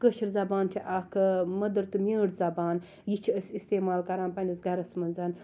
کٲشِر زَبان چھِ اکھ مٔدٕر تہٕ میٖٹھ زَبان یہِ چھِ أسۍ اِستعمال کَران پَننِس گَرَس مَنٛز